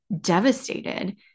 devastated